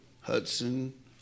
Hudson